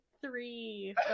three